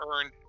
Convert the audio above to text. earned